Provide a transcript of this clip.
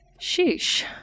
Sheesh